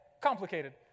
complicated